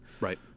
Right